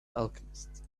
alchemist